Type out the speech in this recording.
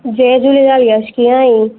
जय झूलेलाल यश कीअं आहीं